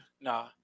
nah